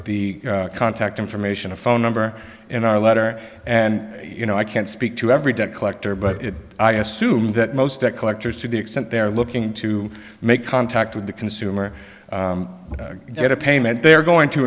provide the contact information a phone number in our letter and you know i can't speak to every debt collector but if i assume that most debt collectors to the extent they're looking to make contact with the consumer get a payment they're going to